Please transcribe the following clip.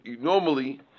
normally